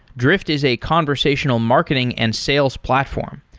drift is a conversational marketing and sales platform.